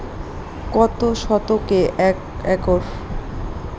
কত শতকে এক একর?